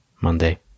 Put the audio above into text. Monday